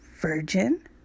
virgin